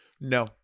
No